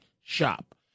shop